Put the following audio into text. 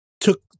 took